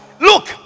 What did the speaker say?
Look